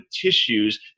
tissues